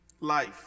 Life